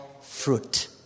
fruit